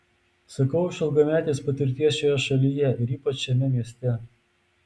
sakau iš ilgametės patirties šioje šalyje ir ypač šiame mieste